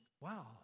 wow